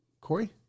Corey